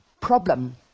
problem